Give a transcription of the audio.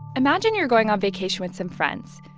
imagine you're going on vacation with some friends.